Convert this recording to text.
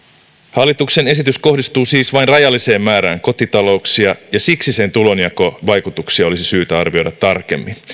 hallituksen esitys kohdistuu siis vain rajalliseen määrään kotitalouksia ja siksi sen tulonjakovaikutuksia olisi syytä arvioida tarkemmin